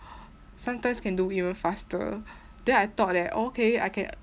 sometimes can do even faster then I thought that okay I can